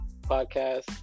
Podcast